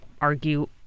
argue